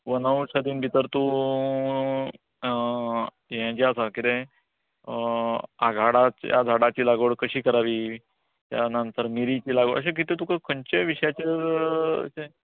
वनऔशदी भितर तूं यें जें आसा कितें ह्या झाडाची लागवड कशी करावी त्या नंतर मिरीची लागवड अशें कितें तुका खंयचेय विशयाचेर तें